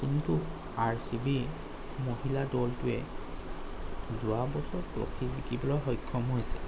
কিন্তু R C B মহিলা দলটোৱে যোৱা বছৰত ট্ৰফি জিকিবলৈ সক্ষম হৈছে